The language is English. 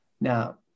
Now